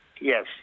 Yes